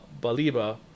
baliba